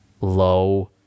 low